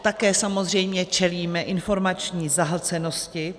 Také samozřejmě čelíme informační zahlcenosti.